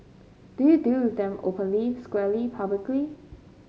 do you deal with them openly squarely publicly